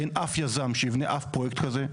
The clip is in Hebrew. אין אף יזם שיבנה אף פרויקט כזה,